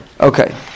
okay